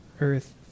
earth